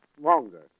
longer